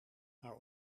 haar